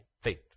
faith